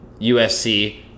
USC